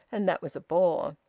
and that was a bore.